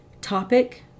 topic